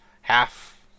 half